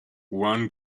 one